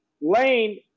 lane